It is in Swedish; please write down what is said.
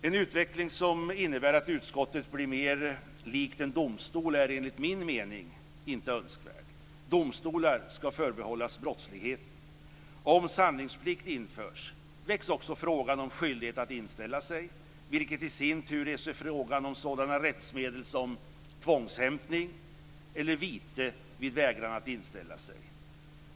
En utveckling som innebär att utskottet blir mer likt en domstol är enligt min mening inte önskvärd. Domstolar ska förbehållas brottslighet. Om sanningsplikt införs väcks också frågan om skyldighet att inställa sig, vilket i sin tur reser frågan om sådana rättsmedel som tvångshämtning eller vite vid vägran att inställa sig.